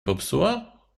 popsuła